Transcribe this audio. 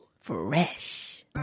Fresh